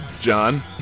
John